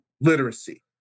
literacy